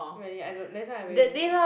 really I don~ that's why I really don't know